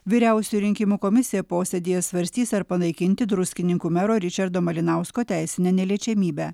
vyriausioji rinkimų komisija posėdyje svarstys ar panaikinti druskininkų mero ričardo malinausko teisinę neliečiamybę